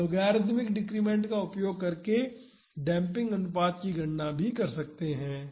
हम logarithmic decrement का उपयोग करके डेम्पिंग अनुपात की गणना कर सकते हैं